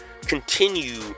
continue